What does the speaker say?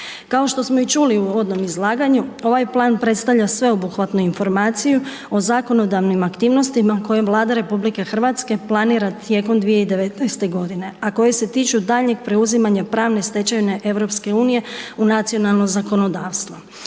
Kao što smo i čuli u uvodnom izlaganju ovaj plan predstavlja sveobuhvatnu informaciju o zakonodavnim aktivnostima kojim Vlada RH planira tijekom 2019. godine, a koji se tiču daljnjeg preuzimanja pravne stečevine EU u nacionalno zakonodavstvo.